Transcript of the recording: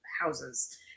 houses